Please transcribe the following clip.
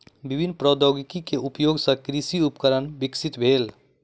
विभिन्न प्रौद्योगिकी के उपयोग सॅ कृषि उपकरण विकसित भेल